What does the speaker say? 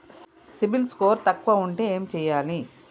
CIBIL score తక్కువ ఉంటే ఏం చేయాలి?